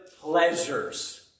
pleasures